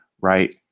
right